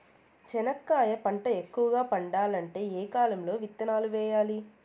చెనక్కాయ పంట ఎక్కువగా పండాలంటే ఏ కాలము లో విత్తనాలు వేయాలి?